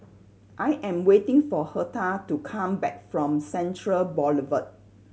I am waiting for Hertha to come back from Central Boulevard